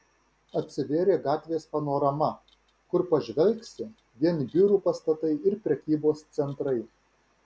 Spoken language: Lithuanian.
atsivėrė gatvės panorama kur pažvelgsi vien biurų pastatai ir prekybos centrai